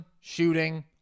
shooting